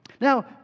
Now